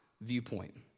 viewpoint